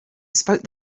spoke